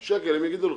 שקל, הם יגידו לך.